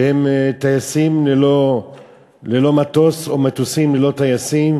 שהם טייסים ללא מטוס או מטוסים ללא טייסים,